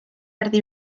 erdi